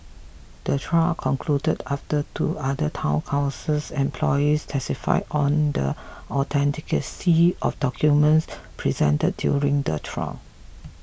the trial concluded after two other Town Councils employees testified on the authenticity of documents presented during the trial